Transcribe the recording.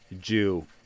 Jew